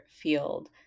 field